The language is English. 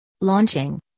Launching